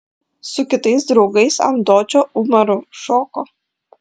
su kitais draugais ant dočio umaru šoko